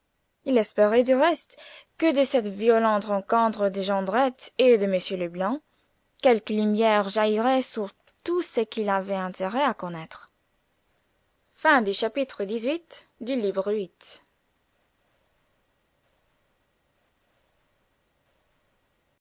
il espérait du reste que de cette violente rencontre de jondrette et de m leblanc quelque lumière jaillirait sur tout ce qu'il avait intérêt à connaître chapitre xix